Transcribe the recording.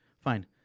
Fine